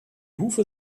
hufe